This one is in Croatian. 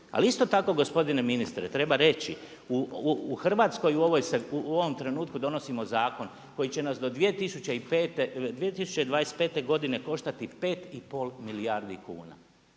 Ali isto tako gospodine ministre treba reći, u Hrvatskoj u ovom trenutku donosimo zakon koji će nas do 2025. godine koštati 5 i pol milijardi kuna.